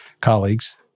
colleagues